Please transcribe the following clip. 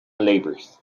labours